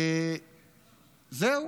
זהו.